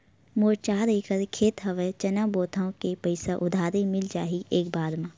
मोर चार एकड़ खेत हवे चना बोथव के पईसा उधारी मिल जाही एक बार मा?